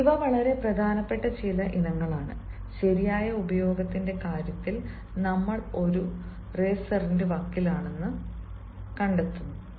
ഇവ വളരെ പ്രധാനപ്പെട്ട ചില ഇനങ്ങളാണ് ശരിയായ ഉപയോഗത്തിന്റെ കാര്യത്തിൽ നമ്മൾ ഒരു റേസറിന്റെ വക്കിലാണെന്ന് കണ്ടെത്തുമ്പോൾ